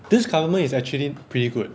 this government is actually pretty good